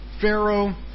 Pharaoh